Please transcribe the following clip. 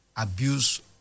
Abuse